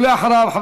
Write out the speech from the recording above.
ואחריו,